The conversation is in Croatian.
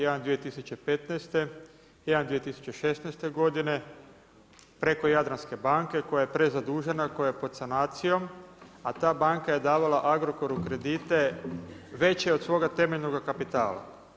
Jedan 2015., jedan 2016. godine, preko Jadranske banke koja je prezadužena, koja je pod sanacijom a ta banka je davala Agrokoru kredite veće od svoga temeljnog kapitala.